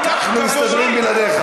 אנחנו מסתדרים בלעדיך.